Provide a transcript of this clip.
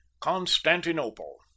constantinople